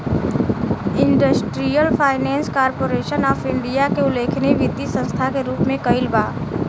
industrial finance corporation of India के उल्लेख वित्तीय संस्था के रूप में कईल बा